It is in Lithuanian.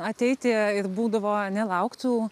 ateiti ir būdavo ane lauktų